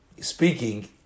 speaking